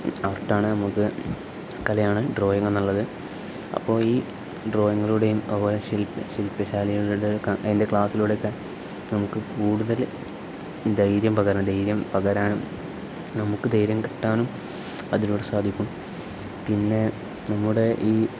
ആർട്ടാണ് നമുക്ക് കലയാണ് ഡ്രോയിങ് എന്നുള്ളത് അപ്പോൾ ഈ ഡ്രോയിങ്ങിലൂടെയും പോലെ ശിൽപം ശിൽപശാലികളുടെ അതിൻ്റെ ക്ലാസ്സിലൂടെയൊക്കെ നമുക്ക് കൂടുതൽ ധൈര്യം പകരാൻ ധൈര്യം പകരാനും നമുക്ക് ധൈര്യം കിട്ടാനും അതിലൂടെ സാധിക്കും പിന്നെ നമ്മുടെ ഈ